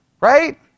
Right